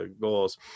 goals